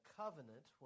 covenant